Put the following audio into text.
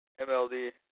MLD